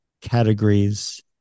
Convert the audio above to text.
categories